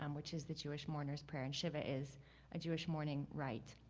um which is the jewish mourner's prayer. and shiva is a jewish mourning rite.